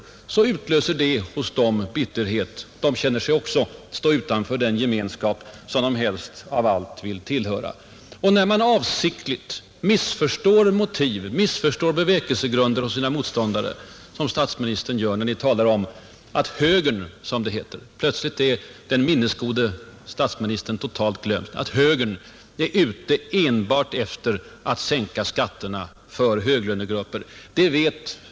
Det utlöser hos dem bitterhet, och de känner sig stå utanför den gemenskap som de helst av allt vill tillhöra. 5. När man avsikligt missförstår motiv och bevekelsegrunder hos sina motståndare, vilket Ni gör, herr statsminister, när Ni talar om att ”högern” som det heter — plötsligt är den minnesgode statsministern totalt glömsk — är ute enbart efter att sänka skatterna för höglönegrupper.